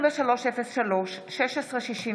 2303/23,